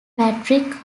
patrick